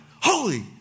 holy